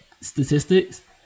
statistics